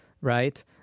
right